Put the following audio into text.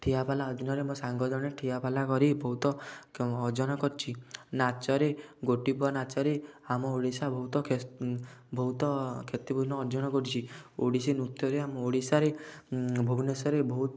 ଠିଆ ପାଲା ଅଭିନୟରେ ମୋ ସାଙ୍ଗ ଜଣେ ଠିଆ ପାଲା କରି ବହୁତ ଅର୍ଜନ କରିଛି ନାଚରେ ଗୋଟିପୁଅ ନାଚରେ ଆମ ଓଡ଼ିଶା ବହୁତ ବହୁତ ଖ୍ୟାତିପୂର୍ଣ୍ଣ ଅର୍ଜନ କରିଛି ଓଡ଼ିଶୀ ନୃତ୍ୟରେ ଆମ ଓଡ଼ିଶାରେ ଭୁବନେଶ୍ୱରରେ ବହୁତ